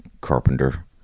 carpenter